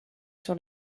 sur